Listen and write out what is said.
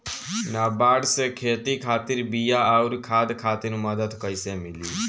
नाबार्ड से खेती खातिर बीया आउर खाद खातिर मदद कइसे मिली?